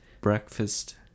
breakfast